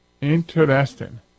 Interesting